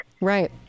right